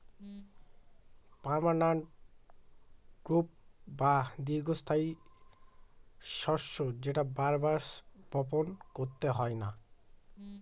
permanent crop বা দীর্ঘস্থায়ী শস্য যেটা বার বার বপন করতে হয় না